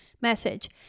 message